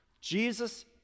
Jesus